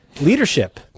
Leadership